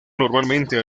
normalmente